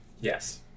yes